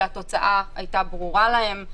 שהתוצאה הייתה ברורה להם.